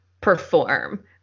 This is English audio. perform